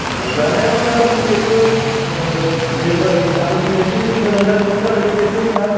जानायाथ' दा नों जिहेतु दैमल आं बुंनायजों मोजां जाजोबा जाजोबो जिहेतु नोंहा